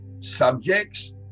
subjects